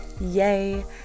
Yay